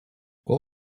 qual